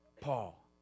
Paul